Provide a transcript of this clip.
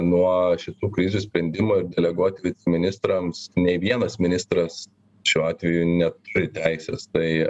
nuo šitų krizių sprendimo ir deleguot viceministrams nei vienas ministras šiuo atveju neturi teisės tai